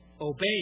obey